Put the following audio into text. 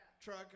truck